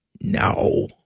No